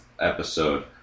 episode